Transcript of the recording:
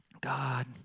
God